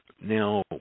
Now